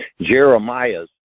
Jeremiah's